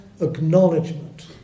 acknowledgement